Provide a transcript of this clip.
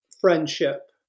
friendship